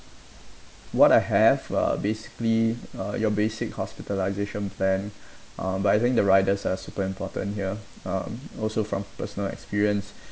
what I have uh basically uh your